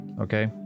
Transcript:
okay